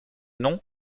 nom